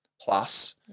plus